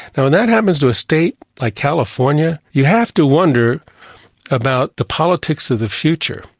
and when that happens to a state like california you have to wonder about the politics of the future,